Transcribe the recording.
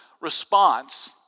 response